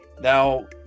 Now